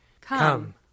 Come